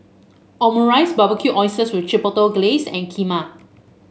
Omurice Barbecued Oysters with Chipotle Glaze and Kheema